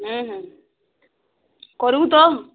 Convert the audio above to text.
କରିବୁ ତ